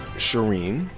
shereen,